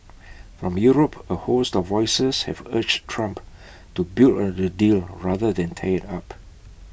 from Europe A host of voices have urged Trump to build on the deal rather than tear IT up